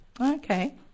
Okay